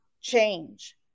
change